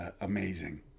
amazing